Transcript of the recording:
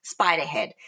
Spiderhead